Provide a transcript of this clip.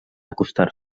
acostar